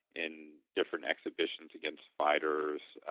in different exhibitions against fighters ah